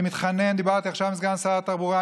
אני מתחנן, דיברתי עכשיו עם סגן שר התחבורה.